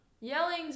Yelling's